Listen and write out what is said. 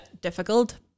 difficult